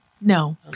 No